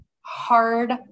hard